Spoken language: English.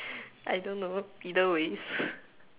I don't know either way